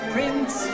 Prince